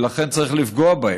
ולכן צריך לפגוע בהם,